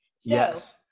Yes